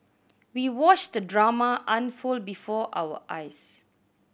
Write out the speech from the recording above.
we watched the drama unfold before our eyes